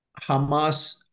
Hamas